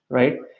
right?